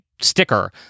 sticker